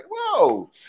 whoa